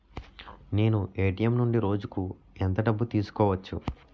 నేను ఎ.టి.ఎం నుండి రోజుకు ఎంత డబ్బు తీసుకోవచ్చు?